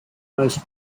most